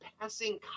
passing